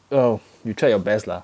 well you tried your best lah